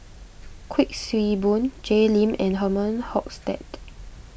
Kuik Swee Boon Jay Lim and Herman Hochstadt